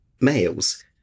males